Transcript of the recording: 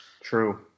True